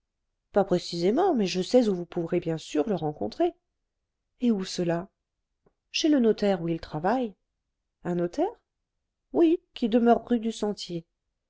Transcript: pas précisément mais je sais où vous pourrez bien sûr le rencontrer et où cela chez le notaire où il travaille un notaire oui qui demeure rue du sentier